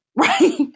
right